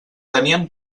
tenien